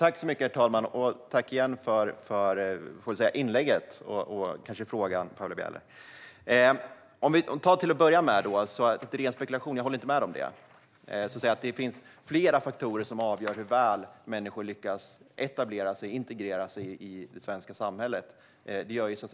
Herr talman! Jag tackar Paula Bieler för inlägget och frågan. Jag håller inte med om att det är ren spekulation. Det finns flera faktorer som avgör hur väl människor lyckas etablera sig och integrera sig i det svenska samhället.